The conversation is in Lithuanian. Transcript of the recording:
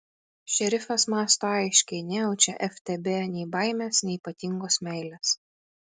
šerifas mąsto aiškiai nejaučia ftb nei baimės nei ypatingos meilės